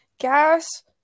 gas